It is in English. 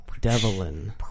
deviling